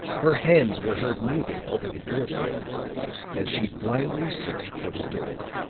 her hands were heard moving over the door frame as she blindly searched for the door.